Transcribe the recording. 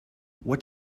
what